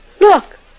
Look